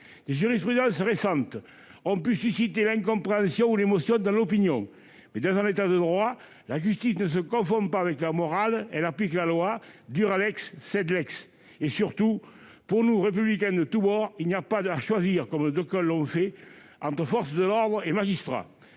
Des jurisprudences récentes ont pu susciter l'incompréhension ou l'émotion dans l'opinion. Toutefois, dans un État de droit, la justice ne se confond pas avec la morale. Elle applique la loi :. Surtout, pour nous, républicains de tous bords, il n'y a pas à choisir comme d'aucuns l'ont fait entre forces de l'ordre et magistrats.